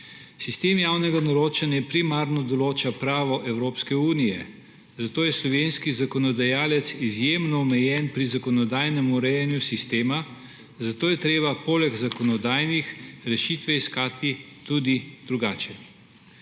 javnega naročanja primarno določa pravo Evropske unije, zato je slovenski zakonodajalec izjemno omejen pri zakonodajnem urejanju sistema, zato je treba poleg zakonodajnih rešitve iskati tudi drugače.